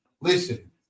listen